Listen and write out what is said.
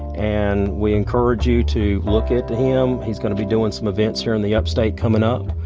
and we encourage you to look at him. he's gonna be doin' some events here in the upstate comin' up.